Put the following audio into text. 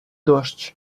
дощ